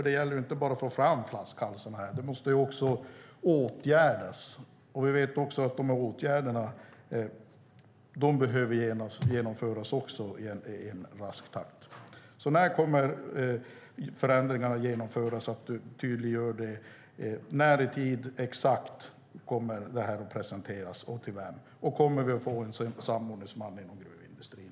Det gäller att inte bara identifiera flaskhalsarna, utan de måste också åtgärdas, och vi vet att de åtgärderna behöver genomföras i rask takt. När kommer förändringarna att genomföras? Exakt när kommer detta att presenteras och för vem? Och kommer vi att få en samordningsman inom gruvindustrin?